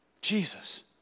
Jesus